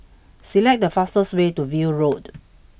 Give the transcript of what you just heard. select the fastest way to View Road